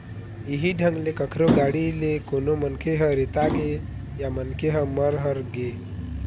इहीं ढंग ले कखरो गाड़ी ले कोनो मनखे ह रेतागे या मनखे ह मर हर गे